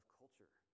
culture